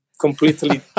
completely